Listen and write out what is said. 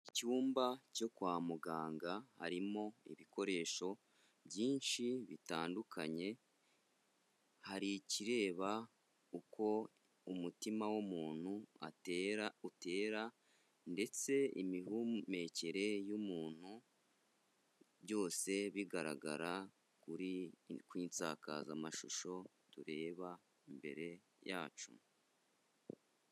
Mu cyumba cyo kwa muganga harimo ibikoresho byinshi bitandukanye, hari ikireba uko umutima w'umuntu atera utera ndetse imihumekere y'umuntu byose bigaragara kuri kw'isakazamashusho tureba imbere yacu.